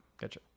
Gotcha